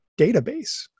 database